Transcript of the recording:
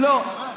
לא.